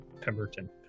Pemberton